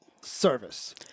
service